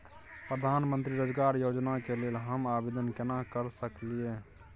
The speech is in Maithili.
प्रधानमंत्री रोजगार योजना के लेल हम आवेदन केना कर सकलियै?